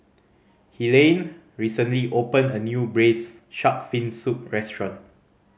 Helaine recently opened a new Braised Shark Fin Soup restaurant